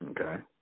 Okay